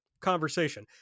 conversation